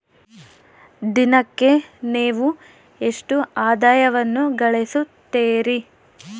ದಿನಕ್ಕೆ ನೇವು ಎಷ್ಟು ಆದಾಯವನ್ನು ಗಳಿಸುತ್ತೇರಿ?